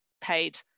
paid